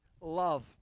love